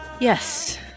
Yes